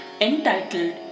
entitled